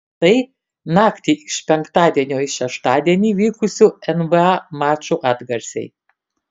tai naktį iš penktadienio į šeštadienį vykusių nba mačų atgarsiai